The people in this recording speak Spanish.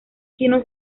chino